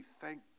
thank